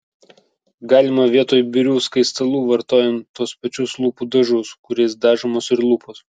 galima vietoj birių skaistalų vartojant tuos pačius lūpų dažus kuriais dažomos ir lūpos